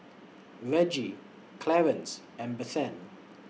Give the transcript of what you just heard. Reggie Clarance and Bethann